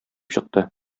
чыкты